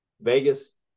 vegas